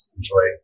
enjoy